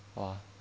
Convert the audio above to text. !wah!